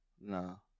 No